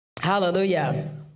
Hallelujah